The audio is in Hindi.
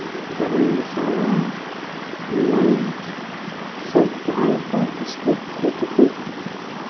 गरम मसाला नमक सब डाल कर उसको फेंटते हैं